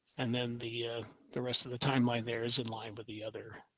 and then the ah the rest of the timeline there is in line with the other